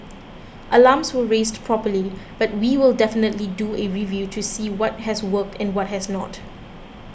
alarms were raised properly but we will definitely do a review to see what has worked and what has not